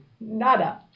Nada